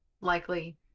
likely